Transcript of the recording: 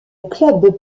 club